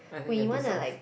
I think you are too soft